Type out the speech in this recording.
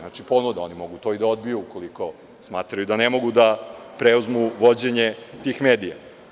Znači – ponuda, oni mogu to i da odbiju ukoliko smatraju da ne mogu da preuzmu vođenje tih medija.